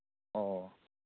ꯑꯣ